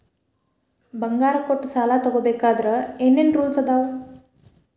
ಬಂಗಾರ ಕೊಟ್ಟ ಸಾಲ ತಗೋಬೇಕಾದ್ರೆ ಏನ್ ಏನ್ ರೂಲ್ಸ್ ಅದಾವು?